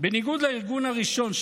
בניגוד לארגון הראשון,